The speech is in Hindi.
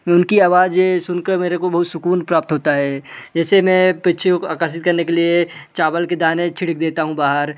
उनकी आवाज सुनकर मेरे को बहुत सुकून प्राप्त होता है जैसे मैं पक्षियों को आकर्षित करने के लिए चावल के दाने छिड़क देता हूँ बाहर